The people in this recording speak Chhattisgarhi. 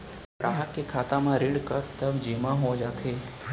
ग्राहक के खाता म ऋण कब तक जेमा हो जाथे?